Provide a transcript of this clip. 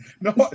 No